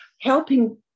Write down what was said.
helping